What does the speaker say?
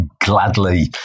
gladly